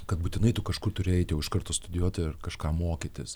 kad būtinai tu kažkur turi eiti iš karto studijuoti kažką mokytis